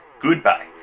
goodbye